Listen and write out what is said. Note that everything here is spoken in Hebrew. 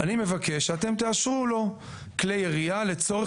אני מבקש שאתם תאשרו לו כלי ירייה לצורך